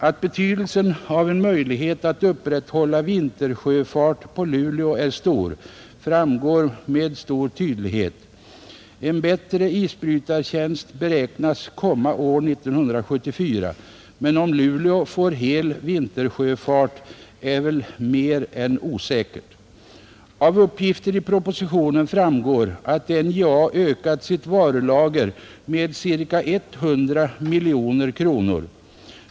Att betydelsen av en möjlighet att upprätthålla vintersjöfart på Luleå är stor framgår med all tydlighet. En bättre isbrytartjänst beräknas komma år 1974, men om Luleå får hel vintersjöfart är väl mer än osäkert. Av uppgifter i propositionen framgår att NJA ökat sitt varulager med ca 100 miljoner kronor.